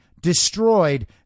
destroyed